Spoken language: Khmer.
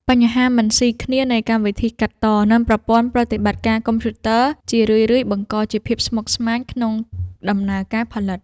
បញ្ហាមិនស៊ីគ្នានៃកម្មវិធីកាត់ត និងប្រព័ន្ធប្រតិបត្តិការកុំព្យូទ័រ ជារឿយៗបង្កជាភាពស្មុគស្មាញក្នុងដំណើរការផលិត។